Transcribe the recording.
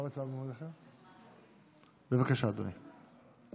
בבקשה, אדוני.